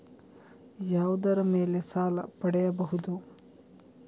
ಯಾವುದರ ಮೇಲೆ ಸಾಲ ಪಡೆಯಬಹುದು?